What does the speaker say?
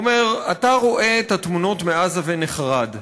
הוא אומר: אתה רואה את התמונות מעזה ונחרד.